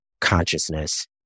consciousness